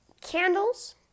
candles